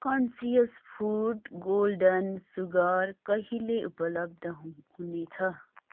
conscious foods golden sugar कहिले उपलब्ध हुनेछ